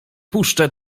puszczę